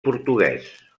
portuguès